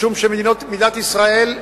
משום שמדינת ישראל לדורותיה,